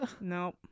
Nope